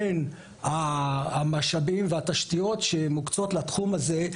בין המשאבים והתשתיות שמוקצות לתחום הזה.